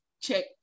check